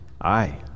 Aye